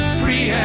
free